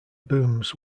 booms